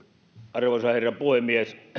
arvoisa herra puhemies